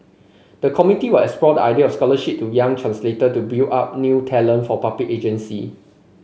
the committee were explore the idea scholarship to young translator to build up new talent for public agency